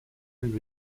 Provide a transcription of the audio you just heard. and